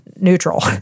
Neutral